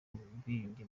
ubwiyunge